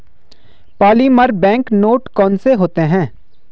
polymer bank note कौन से होते हैं